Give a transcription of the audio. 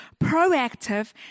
proactive